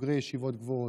בוגרי ישיבות גבוהות.